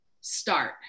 start